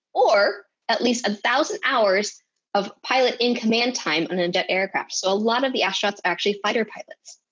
or at least a thousand hours of pilot in command time on a jet aircraft, so a lot of the astronauts are actually fighter pilots.